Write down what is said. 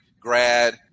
grad